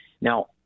now